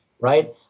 right